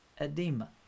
edema